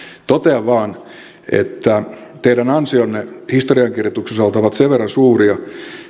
totean vain että teidän ansionne historiankirjoituksessa ovat sen verran suuria